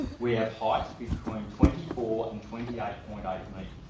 we have heights between twenty four and twenty eight point i mean eight